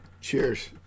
cheers